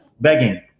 Begging